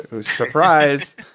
surprise